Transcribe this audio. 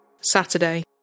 Saturday